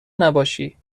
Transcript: نباشی